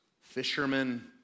fishermen